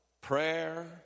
Prayer